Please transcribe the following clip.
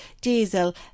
diesel